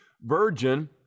virgin